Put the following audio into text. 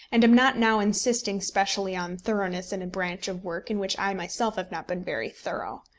and am not now insisting specially on thoroughness in a branch of work in which i myself have not been very thorough.